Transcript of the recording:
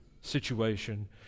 situation